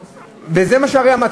ברור, זה מה שהם עושים.